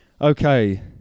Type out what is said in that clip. Okay